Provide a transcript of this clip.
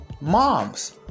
moms